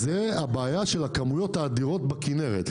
זאת הבעיה של הכמויות האדירות בכנרת.